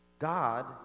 God